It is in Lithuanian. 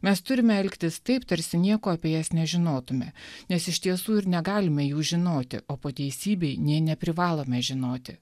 mes turime elgtis taip tarsi nieko apie jas nežinotumėme nes iš tiesų ir negalime jų žinoti o po teisybei nė neprivalome žinoti